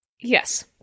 Yes